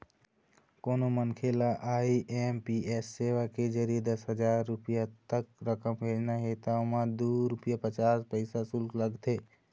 कोनो मनखे ल आई.एम.पी.एस सेवा के जरिए दस हजार रूपिया तक रकम भेजना हे त ओमा दू रूपिया पचास पइसा सुल्क लागथे